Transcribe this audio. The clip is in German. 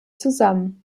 zusammen